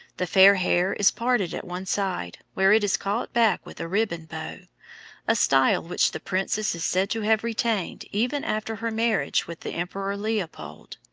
the fair hair is parted at one side, where it is caught back with a ribbon bow a style which the princess is said to have retained even after her marriage with the emperor leopold.